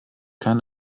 kein